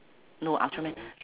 no ultraman